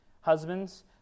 Husbands